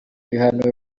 ibihano